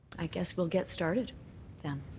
i guess we'll get started then.